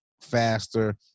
faster